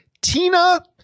Tina